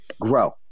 grow